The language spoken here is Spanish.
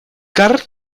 karl